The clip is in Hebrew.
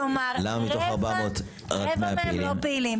כלומר, רבע מהם לא פעילים.